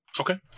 Okay